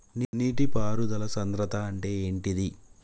నీటి పారుదల సంద్రతా అంటే ఏంటిది?